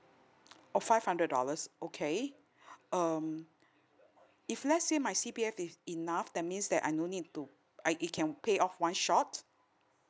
oh five hundred dollars okay um if let's say my C_P_F is enough that means that I no need to I it can pay off one shot